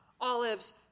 Olives